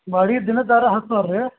ಬಾಡಿಗೆ ದಿನದ್ದು ಆರೆ ಹತ್ತು ಸಾವಿರ ರೀ